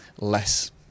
less